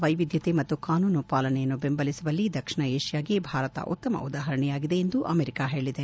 ವೈವಿಧ್ದತೆ ಮತ್ತು ಕಾನೂನು ಪಾಲನೆಯನ್ನು ಬೆಂಬಲಿಸುವಲ್ಲಿ ದಕ್ಷಿಣ ಏಷ್ಯಾಗೆ ಭಾರತ ಉತ್ತಮ ಉದಾಹರಣೆಯಾಗಿದೆ ಎಂದು ಅಮೆರಿಕ ಹೇಳಿದೆ